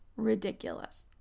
ridiculous